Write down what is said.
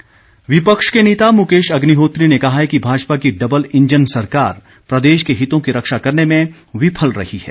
अग्निहोत्री विपक्ष के नेता मुकेश अग्निहोत्री ने कहा है कि भाजपा की डबल इंजन सरकार प्रदेश के हितों की रक्षा करने में विफल रही है